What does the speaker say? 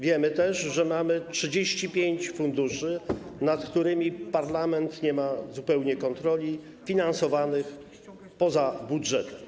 Wiemy też, że mamy 35 funduszy, nad którymi parlament nie ma zupełnie kontroli, finansowanych poza budżetem.